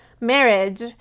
marriage